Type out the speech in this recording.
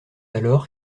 alors